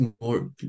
more